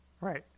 Right